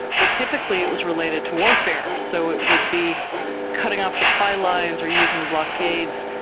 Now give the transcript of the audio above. but typically it was related to warfare, so it would be cutting off supply lines or using blockades.